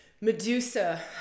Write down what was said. Medusa